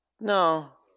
No